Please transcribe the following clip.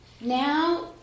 now